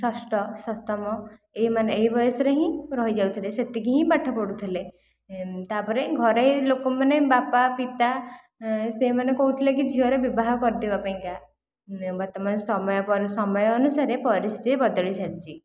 ଷଷ୍ଠ ସପ୍ତମ ଏହିମାନେ ଏହି ବୟସରେ ହିଁ ରହିଯାଉଥିଲେ ସେତିକି ହିଁ ପାଠ ପଢ଼ୁଥିଲେ ତା'ପରେ ଘରେ ଲୋକମାନେ ବାପା ପିତା ସେହିମାନେ କହୁଥିଲେ କି ଝିଅର ବିବାହ କରିଦେବା ପାଇଁକା ବର୍ତ୍ତମାନ ସମୟ ପରେ ସମୟ ଅନୁସାରେ ପରିସ୍ଥିତି ବଦଳି ଚାଲିଛି